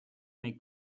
make